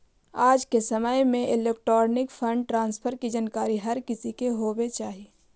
आज के समय में इलेक्ट्रॉनिक फंड ट्रांसफर की जानकारी हर किसी को होवे चाही